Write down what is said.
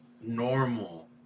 normal